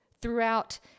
throughout